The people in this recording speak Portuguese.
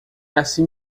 assim